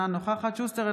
אינה נוכחת אלון שוסטר,